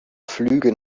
flüge